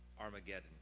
Armageddon